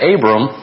Abram